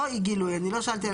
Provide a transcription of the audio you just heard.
לא אי גילוי, אני לא שאלתי.